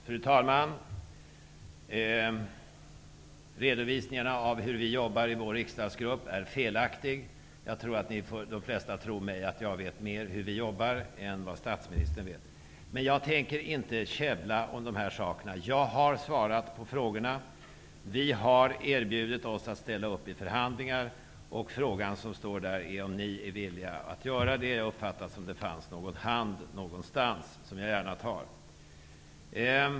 Fru talman! Redovsiningen av hur vi jobbar i vår riksdagsgrupp är felaktig. Jag tror att jag vet mer om hur vi jobbar än vad statsministern gör. Jag tänker inte käbbla om dessa saker. Jag har svarat på frågorna. Vi har erbjudit oss att ställa upp i förhandlingar, och frågan är om ni är villiga att göra det. Jag uppfattade det som att det fanns en utsträckt hand någonstans. Den tar jag gärna.